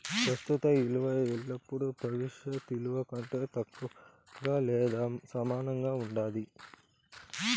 ప్రస్తుత ఇలువ ఎల్లపుడూ భవిష్యత్ ఇలువ కంటే తక్కువగా లేదా సమానంగా ఉండాది